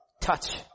Touch